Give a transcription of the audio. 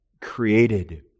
created